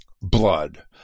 Blood